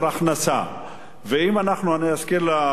ואני אזכיר לשר האוצר,